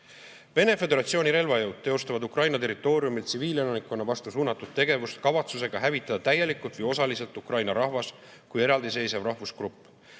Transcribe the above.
Föderatsiooni relvajõud teostavad Ukraina territooriumil tsiviilelanikkonna vastu suunatud tegevust kavatsusega hävitada täielikult või osaliselt Ukraina rahvas kui eraldiseisev rahvusgrupp,